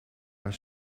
naar